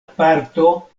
parto